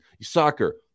soccer